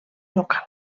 local